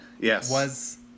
Yes